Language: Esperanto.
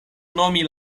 nomi